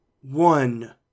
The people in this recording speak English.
one